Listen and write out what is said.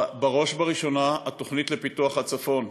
בראש ובראשונה, התוכנית לפיתוח הצפון,